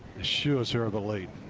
insures her the lead.